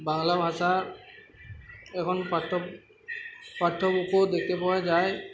বাংলা ভাষার এখন পাঠ্য বুকেও দেখতে পাওয়া যায়